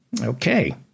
Okay